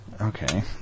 Okay